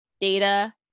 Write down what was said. Data